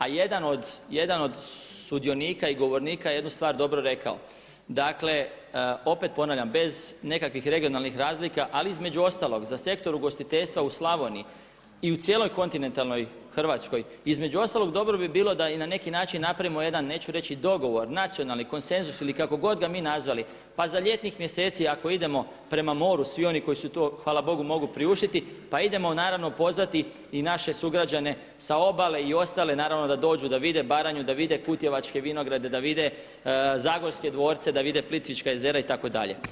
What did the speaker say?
A jedan od sudionika i govornika jednu je stvar dobro rekao, dakle opet ponavljam bez nekakvih regionalnih razlika, ali između ostalog za sektor ugostiteljstva u Slavoniji i u cijeloj kontinentalnoj Hrvatskoj, između ostalog dobro bi bilo da na neki način napravimo jedan, neću reći dogovor, nacionalni konsenzus ili kako god ga mi nazvali, pa za ljetnih mjeseci ako idemo prema moru, svi oni koji si to hvala Bogu mogu priuštiti, pa idemo naravno pozvati i naše sugrađane sa obale i ostale naravno da dođu da vide Baranju, da vide kutjevačke vinograde, da vide zagorske dvorce, da vide Plitvička jezera itd.